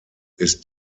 ist